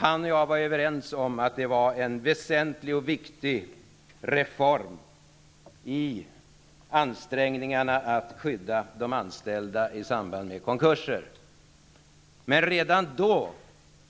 Han och jag var överens om att det var en väsenlig och viktig reform när det gällde ansträngningarna att skydda de anställda i samband med konkurser. Redan då